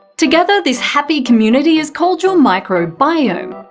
together this happy community is called your microbiome.